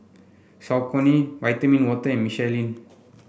Saucony Vitamin Water and Michelin